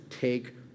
take